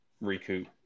recoup